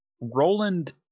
Roland